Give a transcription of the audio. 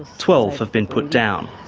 twelve have been put down.